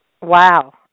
Wow